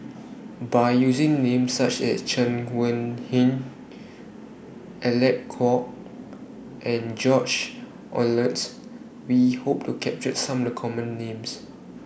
By using Names such as Chen Wen Alec Kuok and George Oehlers We Hope to capture Some of The Common Names